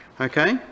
okay